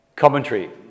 Commentary